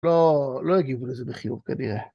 ‫לא, לא הגיבו לזה בחיוב כנראה.